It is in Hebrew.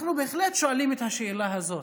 אנחנו בהחלט שואלים את השאלה הזאת.